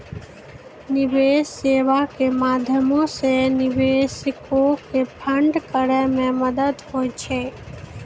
निवेश सेबा के माध्यमो से निवेशको के फंड करै मे मदत होय छै